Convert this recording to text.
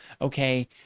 okay